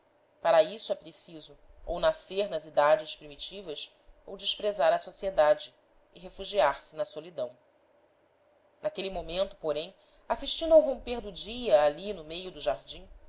para isso é preciso ou nascer nas idades primitivas ou desprezar a sociedade e refugiar-se na solidão naquele momento porém assistindo ao romper do dia ali no meio do jardim